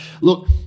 Look